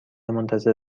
منتظر